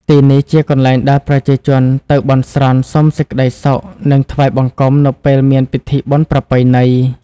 ទីនេះជាកន្លែងដែលប្រជាជនទៅបន់ស្រន់ សុំសេចក្ដីសុខ និងថ្វាយបង្គំនៅពេលមានពិធីបុណ្យប្រពៃណី។